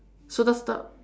so let's stop